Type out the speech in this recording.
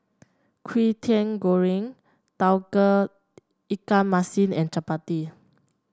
Kwetiau Goreng Tauge Ikan Masin and chappati